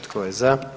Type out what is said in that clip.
Tko je za?